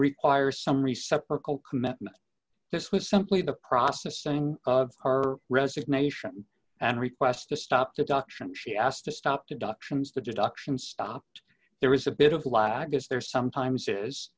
requires some reset perkel commitment this was simply the processing of her resignation and requests to stop the doctrine she asked to stop deductions the deduction stopped there is a bit of lag as there sometimes is